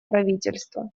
правительства